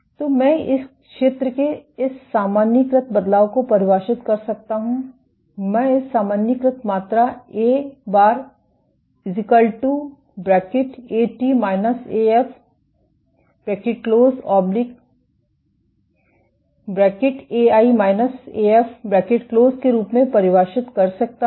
तो मैं इस क्षेत्र के इस सामान्यीकृत बदलाव को परिभाषित कर सकता हूं मैं इस सामान्यीकृत मात्रा A̅ At - Af Ai - Af के रूप में परिभाषित कर सकता हूं